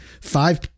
five